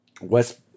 West